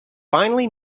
finally